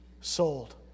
sold